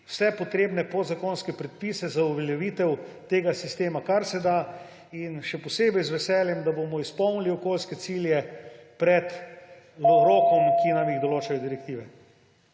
vse potrebne podzakonske predpise za uveljavitev tega sistema, kar se da. In še posebej z veseljem, da bomo izpolnili okoljske cilje pred roki, ki nam jih določajo direktive.